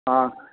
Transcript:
हा